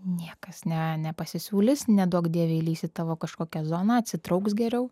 niekas ne nepasisiūlys neduok dieve įlįs į tavo kažkokią zoną atsitrauks geriau